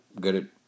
good